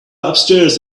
upstairs